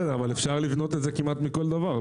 בסדר, אבל אפשר לבנות את זה כמעט מכל דבר.